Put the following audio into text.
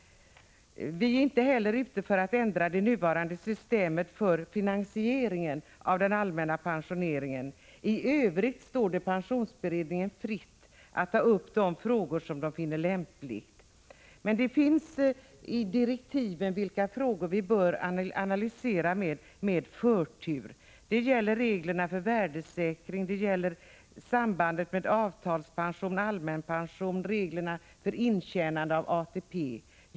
Vi är inte heller ute efter att ändra det nuvarande systemet för finansieringen av den allmänna pensioneringen. I övrigt står det pensionsberedningen fritt att ta upp de frågor som den finner lämpliga. I direktiven anges de frågor som vi bör analysera med förtur. Det gäller reglerna för värdesäkring, sambandet mellan avtalspension och allmänpension, reglerna för intjänande av ATP.